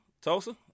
Tulsa